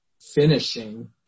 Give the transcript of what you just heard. finishing